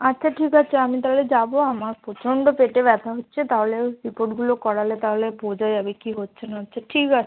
আচ্ছা ঠিক আছে আমি তাহলে যাবো আমার প্রচণ্ড পেটে ব্যথা হচ্ছে তাহলে ওই রিপোর্টগুলো করালে তাহলে বোঝা যাবে কী হচ্ছে না হচ্ছে ঠিক আছে